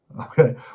okay